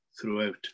throughout